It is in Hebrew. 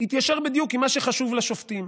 התיישר בדיוק עם מה שחשוב לשופטים: